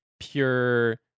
pure